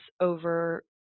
over